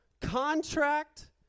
contract